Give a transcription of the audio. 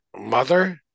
mother